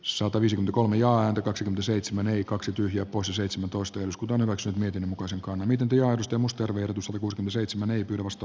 sota viisi kolme jaa ääntä kaksi seitsemän eli kaksi tyhjää poissa seitsemäntoista jansku tonavaksi myyty koskaan miten työhakemusta verotus ja uskon seitsemän ei perustu